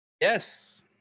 yes